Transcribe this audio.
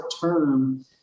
term